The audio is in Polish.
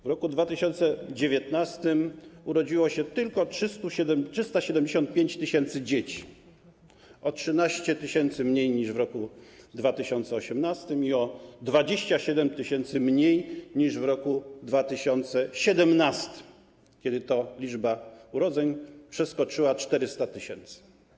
W roku 2019 urodziło się tylko 375 tys. dzieci - o 13 tys. mniej niż w roku 2018 i o 27 tys. mniej niż w roku 2017, kiedy to liczba urodzeń przekroczyła 400 tys.